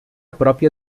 pròpia